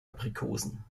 aprikosen